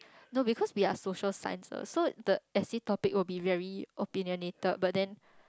no because we are social science what so the essay topic will be very opinionated but then